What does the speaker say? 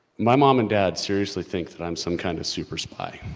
my mom and dad seriously think that i'm some kind of super spy.